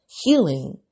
healing